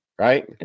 Right